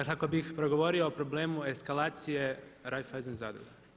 Kako bih progovorio o problemu eskalacije Raiffeisen zadruga.